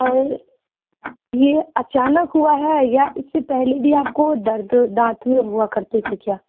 اور یہ اچانک ہوا ہے یا اس سے پہلے بھی آپ کو درد دانت میں ہوا کرتے تھے کیا